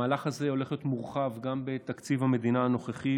המהלך הזה הולך להיות מורחב גם בתקציב המדינה הנוכחי,